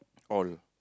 all